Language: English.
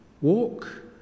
Walk